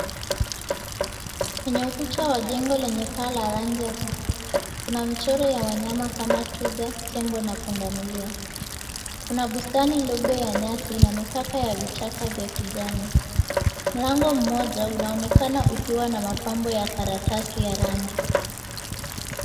Kwenye ukuta wa jengo lenye paa la rangi ya kahawia kuna michoro ya wanyama kama twiga, tembo, na punda mlia. Kuna bustani ndogo ya nyasi na mpaka kidogo ya kijani. Mlango mmoja unaonekana ukiwa na mapambo ya karatasi ya rangi.